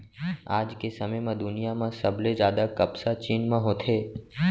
आज के समे म दुनिया म सबले जादा कपसा चीन म होथे